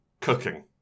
cooking